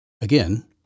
Again